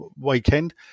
weekend